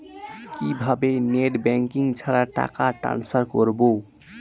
কিভাবে net banking ছাড়া টাকা টান্সফার করব?